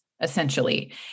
Essentially